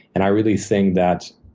and i really think that